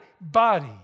body